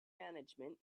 management